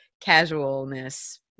casualness